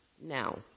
now